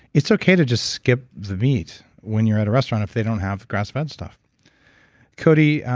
it's okay to just skip the meat when you're at a restaurant if they don't have grass-fed stuff cody,